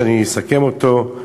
שאני אסכם אותו,